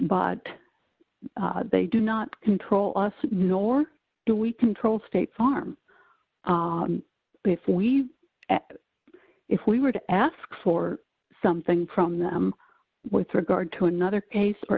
bot they do not control us nor do we control state farm but if we if we were to ask for something from them with regard to another case or